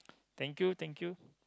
thank you thank you